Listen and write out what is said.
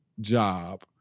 job